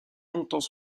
longtemps